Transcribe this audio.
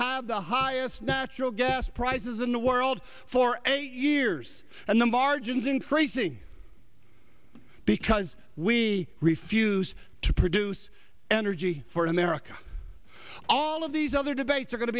have the highest natural gas prices in the world for eight years and the margins increasing because we refuse to produce energy for america all of these other debates are go